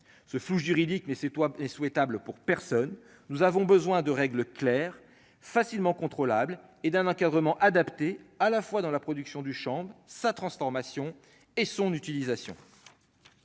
ce flou juridique, mais c'est toi est souhaitable pour personne, nous avons besoin de règles claires facilement contrôlable et d'un encadrement adapté à la fois dans la production du Champ sa transformation et son utilisation